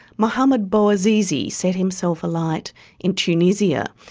mohamed bouazizi set himself alight in tunisia.